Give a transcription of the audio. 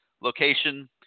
location